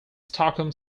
stockholm